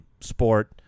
sport